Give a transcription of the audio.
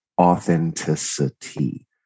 authenticity